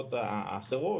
מהשכבות האחרות,